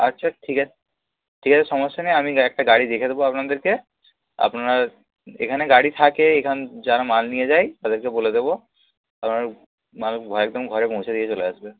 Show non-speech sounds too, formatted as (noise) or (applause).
আচ্ছা ঠিক (unintelligible) ঠিক আছে সমস্যা নেই আমি একটা গাড়ি দেখে দেবো আপনাদেরকে আপনারা এখানে গাড়ি থাকে (unintelligible) যারা মাল নিয়ে যায় তাদেরকে বলে দেবো (unintelligible) মাল (unintelligible) একদম ঘরে পৌঁছে দিয়ে চলে আসবে